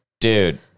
dude